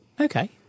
Okay